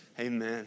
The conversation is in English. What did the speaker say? Amen